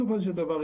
בסופו של דבר,